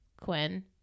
Quinn